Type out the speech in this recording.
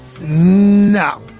No